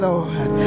Lord